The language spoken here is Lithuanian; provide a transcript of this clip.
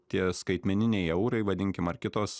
tie skaitmeniniai eurai vadinkim ar kitos